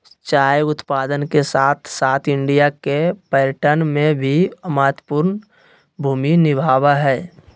चाय उत्पादन के साथ साथ इंडिया के पर्यटन में भी महत्वपूर्ण भूमि निभाबय हइ